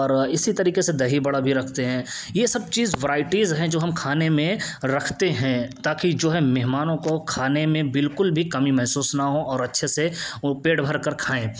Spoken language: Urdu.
اور اسی طریقے سے دہی بڑا بھی رکھتے ہیں یہ سب چیز ورائیٹیز ہیں جو ہم کھانے میں رکھتے ہیں تا کہ جو ہے مہمانوں کو کھانے میں بالکل بھی کمی محسوس نہ ہو اور اچھے سے وہ پیٹ بھر کر کھائیں